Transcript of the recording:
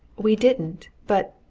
we didn't. but,